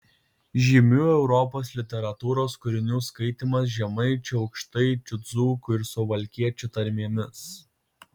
žymių europos literatūros kūrinių skaitymas žemaičių aukštaičių dzūkų ir suvalkiečių tarmėmis